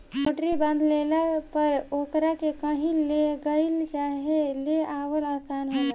मोटरी बांध लेला पर ओकरा के कही ले गईल चाहे ले आवल आसान होला